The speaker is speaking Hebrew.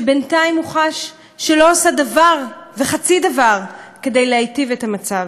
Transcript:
שבינתיים הוא חש שאינה עושה דבר וחצי דבר כדי להיטיב את המצב?